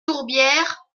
tourbière